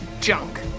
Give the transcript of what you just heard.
junk